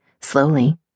Slowly